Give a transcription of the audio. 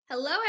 Hello